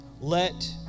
let